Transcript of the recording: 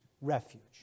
refuge